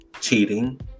cheating